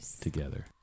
together